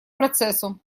процессу